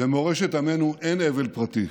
במורשת עמנו אין אבל פרטי,